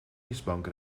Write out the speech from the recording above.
mistbank